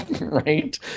right